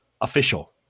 official